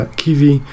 kiwi